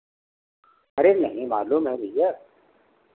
अरे नहीं मालूम है भैया